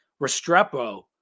restrepo